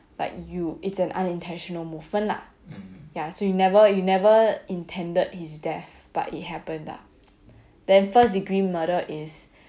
like you it's an unintentional movement lah ya so you never you never intended his death but it happened ah then first degree murder is